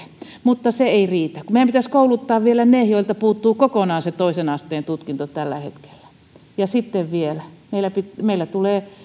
mutta se ei riitä kun meidän pitäisi kouluttaa vielä ne joilta puuttuu kokonaan se toisen asteen tutkinto tällä hetkellä ja sitten vielä meillä tulee